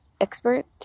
expert